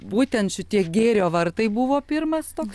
būtent šitie gėrio vartai buvo pirmas toks